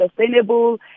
sustainable